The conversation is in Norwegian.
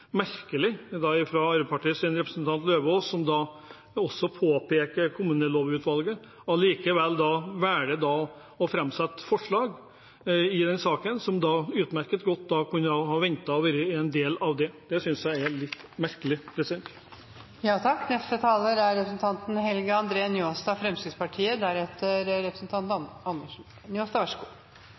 merkelig at Arbeiderpartiets representant Lauvås, som påpeker at Kommunelovutvalget ikke er ferdig med sin innstilling, allikevel velger å framsette forslag i saken som utmerket godt kunne ha ventet og vært en del av det. Det synes jeg er litt merkelig. Fyrst vil eg takka saksordføraren for ei god utgreiing av saka. Komiteen er